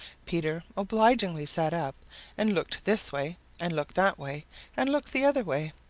peter obligingly sat up and looked this way and looked that way and looked the other way.